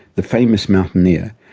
the famous mountaineer,